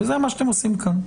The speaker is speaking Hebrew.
וזה מה שאתם עושים כאן.